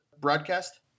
broadcast